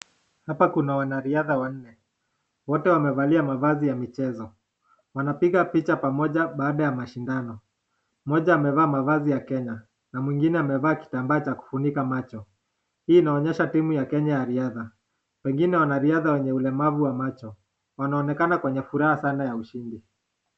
Hapa kuna wanariadha wanne, wote wamevaa mavazi ya michezo. Wanapiga picha pamoja baada ya mashindano. Mmoja amevaa mavazi ya Kenya na mwingine amevaa kitambaa cha kufunika macho. Hii inaonyesha timu ya Kenya ya riadha. Pengine wanariadha wenye ulemavu wa macho. Wanaonekana kwenye furaha sana ya ushindi.